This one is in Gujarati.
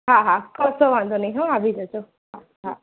હા હા કશો વાંધો નહીં હો આવી જજો હા હા